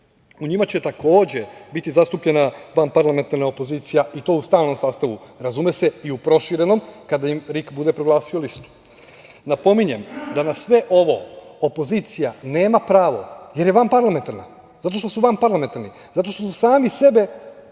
U njima će, takođe, biti zastupljena vanparlamentarna opozicija i to u stalnom sastavu, razume se, i u proširenom, kada im RIK bude proglasio listu. Napominjem da na sve ovo opozicija nema pravo, jer je vanparlamentarna, zato što su vanparlamentarni, zato što su sami sebe